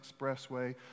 Expressway